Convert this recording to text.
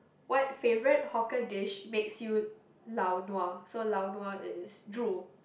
what favorite hawker dish makes you lao nua so lao nua is drool